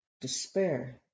despair